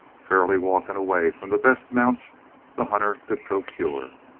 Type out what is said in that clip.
fairly walking away from the best mounts the hunter could procure.